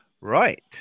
Right